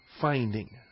finding